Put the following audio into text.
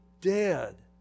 dead